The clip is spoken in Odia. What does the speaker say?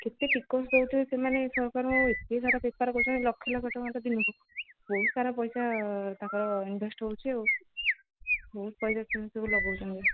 କେତେ ଟିକସ୍ ଦଉଥିବେ ସେମାନେ ସରକାର ଏତେ ସାରା ବେପାର କରୁଛନ୍ତି ଲକ୍ଷ ଲକ୍ଷ ଟଙ୍କା ତ ବହୁତ ସାରା ପଇସା ତାଙ୍କର ଇନ୍ଭେଷ୍ଟ ହେଉଛି ଆଉ ବହୁତ ପଇସା ସବୁ ଲଗଉଛନ୍ତି